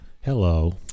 Hello